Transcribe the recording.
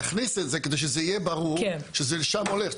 להכניס את זה, כדי שזה יהיה ברור שזה לשם הולך.